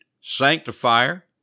Sanctifier